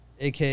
AK